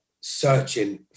searching